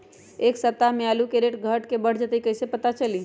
एक सप्ताह मे आलू के रेट घट ये बढ़ जतई त कईसे पता चली?